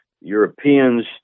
Europeans